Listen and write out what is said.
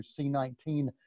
C19